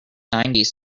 nineties